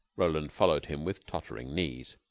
roland followed him with tottering knees.